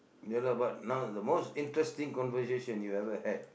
ya lah but now the most interesting conversation you've ever had